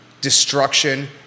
destruction